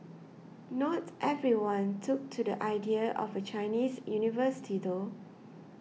not everyone took to the idea of a Chinese university though